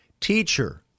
Teacher